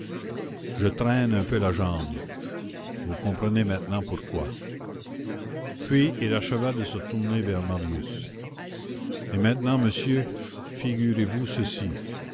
je traîne un peu la jambe vous comprenez maintenant pourquoi puis il acheva de se tourner vers marius et maintenant monsieur figurez-vous ceci